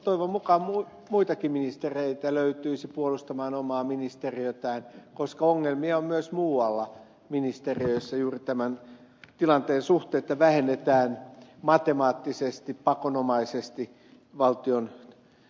toivon mukaan muitakin ministereitä löytyisi puolustamaan omaa ministeriötään koska ongelmia on myös muualla ministeriöissä juuri tämän tilanteen suhteen että vähennetään matemaattisesti pakonomaisesti valtion työntekijöitä